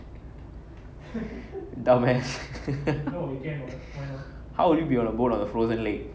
dumb ass how would you be on a boat on a frozen lake